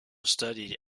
studied